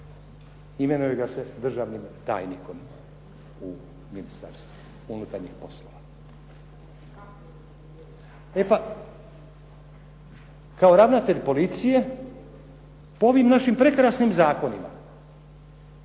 imenuje ga se državnim tajnikom u Ministarstvu unutarnjih poslova. E pa, kao ravnatelj policije po ovim našim prekrasnim zakonima